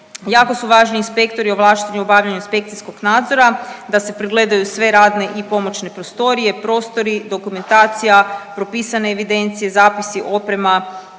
jako su važni inspektori ovlašteni u obavljanju inspekcijskog nadzora, da se pregledaju sve radne i pomoćne prostorije, prostori, dokumentacija, propisne evidencije, zapisi, oprema,